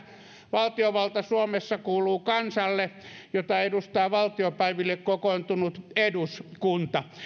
valtiovalta suomessa kuuluu kansalle jota edustaa valtiopäiville kokoontunut eduskunta